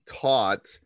taught